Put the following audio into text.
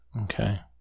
Okay